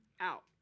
out